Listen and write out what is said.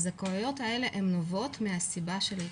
והזכאויות האלה נובעות מהסיבה של ההתייתמות.